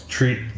Treat